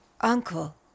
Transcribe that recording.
Uncle